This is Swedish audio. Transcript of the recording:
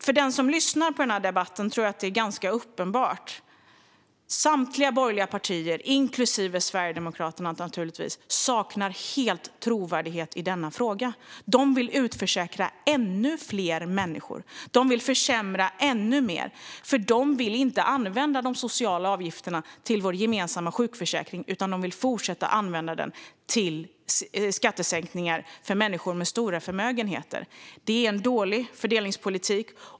För den som lyssnar på den här debatten är det nog ganska uppenbart att samtliga borgerliga partier - naturligtvis inklusive Sverigedemokraterna - helt saknar trovärdighet i denna fråga. De vill utförsäkra ännu fler människor och försämra ännu mer. De vill inte använda de sociala avgifterna till vår gemensamma sjukförsäkring, utan de vill fortsätta att använda den till skattesänkningar för människor med stora förmögenheter. Det är en dålig fördelningspolitik.